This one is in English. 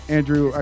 Andrew